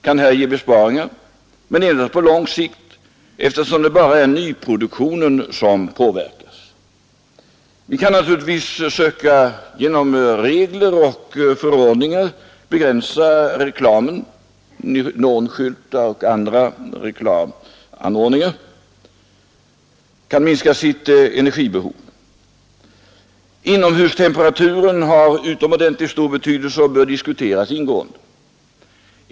kan här ge besparingar, men endast på lång sikt eftersom det bara är nyproduktionen som påverkas. Vi kan naturligtvis söka genom regler och förordningar begränsa reklamen. Neonskyltar och andra reklamanordningar kan minska sitt energibehov. Inomhustemperaturen har utomordentligt stor betydelse och bör diskuteras ingående.